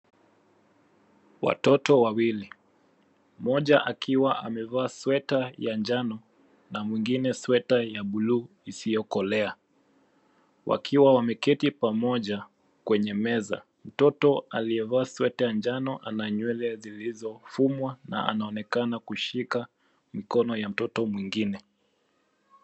Watoto wawili, mmoja akiwa amevaa sweta ya njano na mwengine sweta ya bluu isiyokolea wakiwa wameketi pamoja kwenye meza. Mtoto aliyevaa sweta ya njano ana nywele zilizofumwa na anaonekana kushika mkono wa mtoto mwengine.